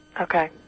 Okay